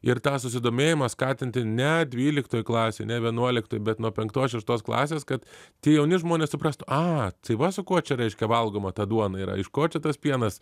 ir tą susidomėjimą skatinti ne dvyliktoj klasėj ne vienuoliktoj bet nuo penktos šeštos klasės kad tie jauni žmonės suprastų a tai va su kuo čia reiškia valgoma ta duona yra iš ko čia tas pienas